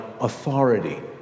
authority